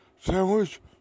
sandwich